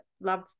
love